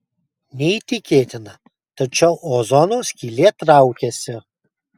neįtikėtina tačiau ozono skylė traukiasi